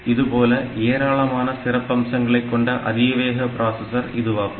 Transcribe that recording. இதுபோல ஏராளமான சிறப்பம்சங்களை கொண்ட அதிவேக ப்ராசசர் இதுவாகும்